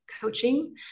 coaching